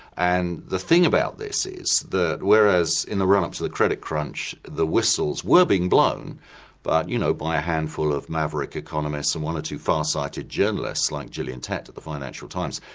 and the thing about this is that whereas in the run-up to the credit crunch the whistles were being blown but you know by a handful of maverick economists and one or two farsighted journalists like gillian tett at the financial times,